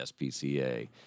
SPCA